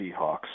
Seahawks